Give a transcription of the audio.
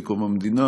מקום המדינה,